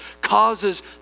causes